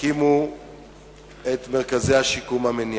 תקימו את מרכזי השיקום המניעתי,